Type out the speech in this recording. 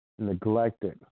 Neglected